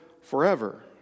forever